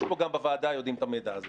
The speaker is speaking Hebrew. גם בוועדה יודעים את המידע הזה.